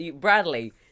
Bradley